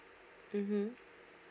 mm hmm